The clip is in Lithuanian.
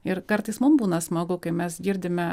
ir kartais mum būna smagu kai mes girdime